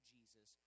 Jesus